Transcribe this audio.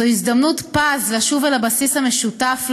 זו הזדמנות פז לשוב אל הבסיס המשותף לנו,